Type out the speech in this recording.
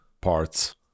parts